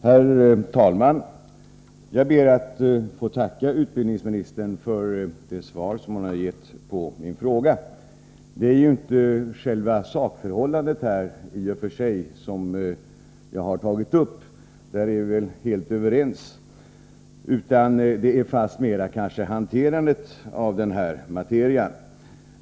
Herr talman! Jag ber att få tacka utbildningsministern för det svar hon har gett på min fråga. Det jag tagit upp är i och för sig inte själva sakförhållandet —i fråga om det är vi helt överens — utan fastmer hanterandet av den här ”materian”.